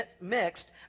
mixed